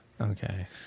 Okay